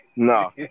No